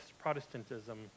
Protestantism